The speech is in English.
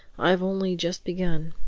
i've only just begun.